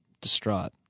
distraught